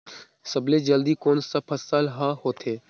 सबले जल्दी कोन सा फसल ह होथे?